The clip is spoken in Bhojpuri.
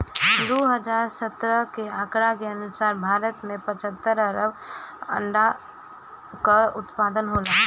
दू हज़ार सत्रह के आंकड़ा के अनुसार भारत में पचहत्तर अरब अंडा कअ उत्पादन होला